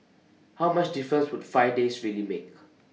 how much difference would five days really make